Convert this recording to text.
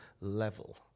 level